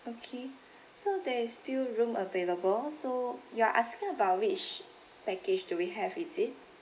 okay so there is still room available so you're asking about which package do we have is it